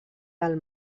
del